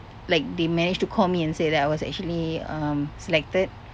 like they managed to call me and say that I was actually um selected